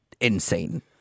insane